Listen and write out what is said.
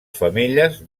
femelles